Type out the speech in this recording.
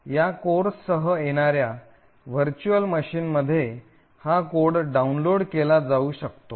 या कोर्ससह येणार्या व्हर्च्युअल मशीनमध्ये हा कोड डाउनलोड केला जाऊ शकतो